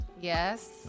yes